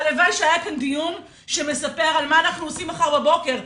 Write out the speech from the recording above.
הלוואי שהיה כאן דיון שמספר על מה אנחנו עושים מחר בבוקר,